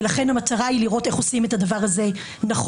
ולכן המטרה היא לראות איך עושים את הדבר הזה נכון.